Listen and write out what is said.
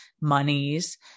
monies